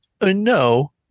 No